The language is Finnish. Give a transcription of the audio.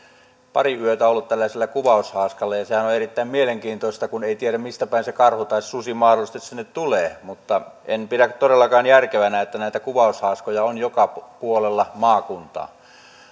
pari yötä ollut tällaisella kuvaushaaskalla ja sehän on on erittäin mielenkiintoista kun ei tiedä mistä päin se karhu tai susi mahdollisesti sinne tulee mutta en pidä todellakaan järkevänä että näitä kuvaushaaskoja on joka puolella maakuntaa